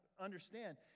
understand